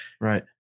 Right